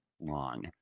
long